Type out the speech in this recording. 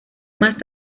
más